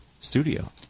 studio